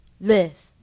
live